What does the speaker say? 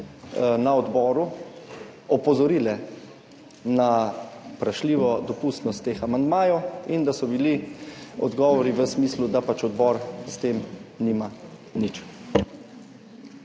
na odboru opozorile na vprašljivo dopustnost teh amandmajev in da so bili odgovori v smislu, da pač odbor s tem nima nič.